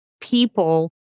people